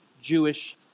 Jewish